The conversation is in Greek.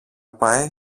πάει